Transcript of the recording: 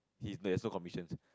he's there's no commissions